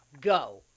Go